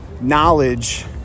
knowledge